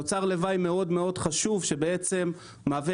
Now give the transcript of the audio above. תוצר לוואי מאוד מאוד חשוב שבעצם מהווה